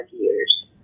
years